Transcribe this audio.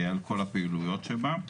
על כל הפעילויות שבה.